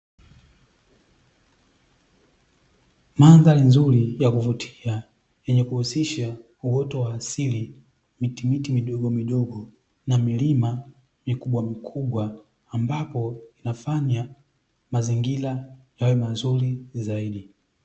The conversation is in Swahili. Mandhari nzuri ya kuvutia yenye kuhusisha uoto wa asili mitimiti midogomidogo na milima mikubwamikubwa ambapo, inafanya mazingira yawe mazuri zaidi.